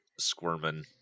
squirming